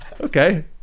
Okay